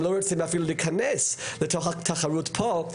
הם לא רוצים אפילו להיכנס לתוך התחרות פה.